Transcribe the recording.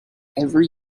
every